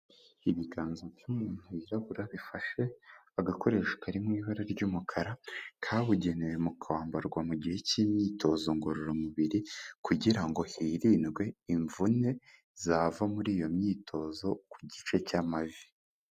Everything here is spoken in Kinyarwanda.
Ibiganza by'umuntu wirabura bifashe agakoresho kari mu ibara ry'umukara, kabugenewe mu kwambarwa mu gihe cy'imyitozo ngororamubiri kugira ngo hirindwe imvune zava muri iyo myitozo ku gice cy'amavi.